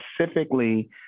specifically